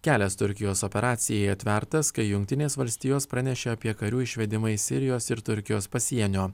kelias turkijos operacijai atvertas kai jungtinės valstijos pranešė apie karių išvedimą sirijos ir turkijos pasienio